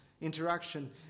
interaction